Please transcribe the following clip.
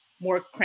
more